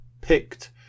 picked